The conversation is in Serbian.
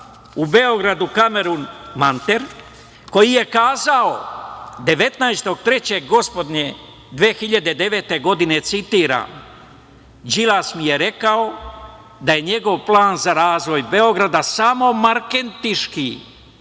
u Beogradu, Kameron Manter, koji je kazao 19. 3. gospodnje 2009. godine, citiram: "Đilas mi je rekao da je njegov plan za razvoj Beograda samo marketing,